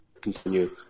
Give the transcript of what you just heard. continue